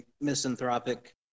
misanthropic